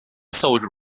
sold